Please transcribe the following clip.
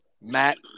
Matt